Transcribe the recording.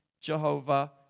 Jehovah